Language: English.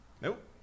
Nope